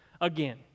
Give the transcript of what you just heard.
again